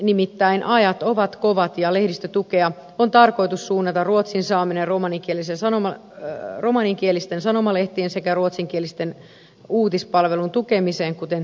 nimittäin ajat ovat kovat ja lehdistötukea on tarkoitus suunnata ruotsin saamen ja romaninkielisten sanomalehtien sekä ruotsinkielisen uutispalvelun tukemiseen kuten tänäkin vuonna